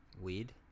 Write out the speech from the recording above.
Weed